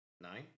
nine